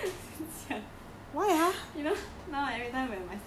就这样